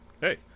Hey